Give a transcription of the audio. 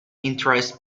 interest